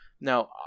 Now